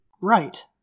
Right